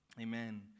Amen